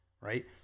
right